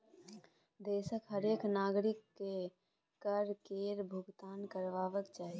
देशक हरेक नागरिककेँ कर केर भूगतान करबाक चाही